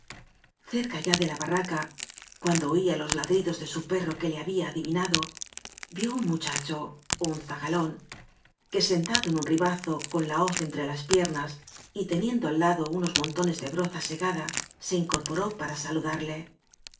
cerca ya de la barraca cuando oía los ladridos de su perro que le había adivinado vió un muchacho un zagalón que sentado ert un ribazo con la hoz entre las piernas y teniendoai lado unos montones de broza segada se in corporó para saludarle